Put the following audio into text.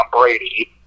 Brady